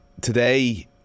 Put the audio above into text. today